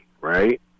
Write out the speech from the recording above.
right